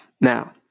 Now